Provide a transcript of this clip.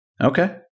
Okay